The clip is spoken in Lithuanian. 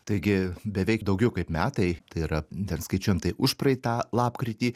taigi beveik daugiau kaip metai tai yra ten skaičiuojam tai užpraeitą lapkritį